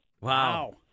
Wow